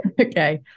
Okay